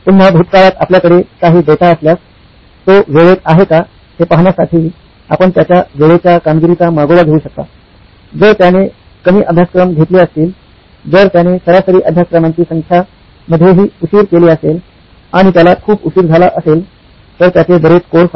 पुन्हा भूतकाळात आपल्याकडे काही डेटा असल्यास तो वेळेत आहे का हे पाहण्यासाठी आपण त्याच्या वेळेच्या कामगिरीचा मागोवा घेऊ शकता जर त्याने कमी अभ्यासक्रम घेतले असतील जर त्याने सरासरी अभ्यासक्रमांची संख्या मध्ये ही उशीर केली असेल आणि त्याला खूप उशीर झाला असेल तर त्याचे बरेच कोर्स आहेत